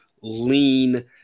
lean